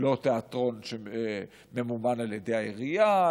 לא תיאטרון שממומן על ידי העירייה,